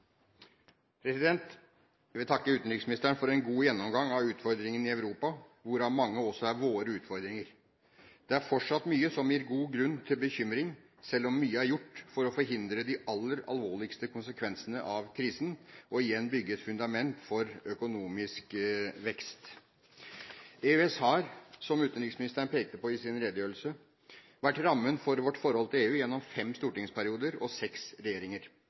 grunn til bekymring, selv om mye er gjort for å forhindre de aller mest alvorlige konsekvensene av krisen og igjen bygge et fundament for økonomisk vekst. EØS har – som utenriksministeren pekte på i sin redegjørelse – vært rammen for vårt forhold til EU gjennom fem stortingsperioder og seks regjeringer.